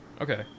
okay